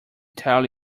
tell